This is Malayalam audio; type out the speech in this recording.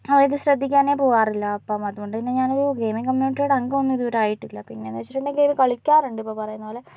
അതായത് ശ്രദ്ധിക്കാനേ പോകാറില്ല അപ്പം അതുകൊണ്ടുതന്നെ ഞാനൊരു ഗെയിമിംഗ് കമ്മ്യൂണിറ്റിയുടെ അംഗമൊന്നും ഇതുവരെ ആയിട്ടില്ല പിന്നെന്തെന്നുവച്ചിട്ടുണ്ടെങ്കിൽ അത് കളിക്കാറുണ്ട് പറയുന്നപോലെ